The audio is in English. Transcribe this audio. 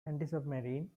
antisubmarine